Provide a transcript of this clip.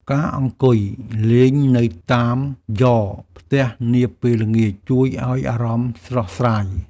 ការអង្គុយលេងនៅតាមយ៉រផ្ទះនាពេលល្ងាច ជួយឱ្យអារម្មណ៍ស្រស់ស្រាយ។